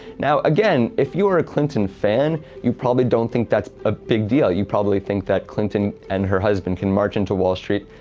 now, again, if you are a clinton fan, you probably don't think that's a big deal, you probably think that clinton and her husband can march into wall street,